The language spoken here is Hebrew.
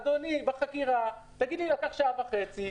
אדוני, בחקירה, תגיד שלקח שעה וחצי.